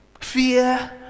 Fear